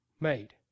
made